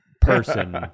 person